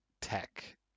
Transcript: tech